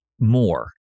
more